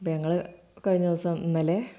അപ്പം ഞങ്ങള് കഴിഞ്ഞ ദിവസം ഇന്നലെ